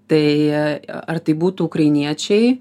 tai ar tai būtų ukrainiečiai